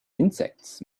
insects